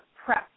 prep